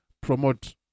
promote